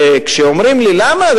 וכשאומרים לי: למה?